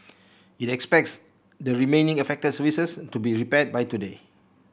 it expects the remaining affected services to be repaired by today